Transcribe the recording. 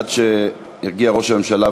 עד שיגיע ראש הממשלה,